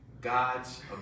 God's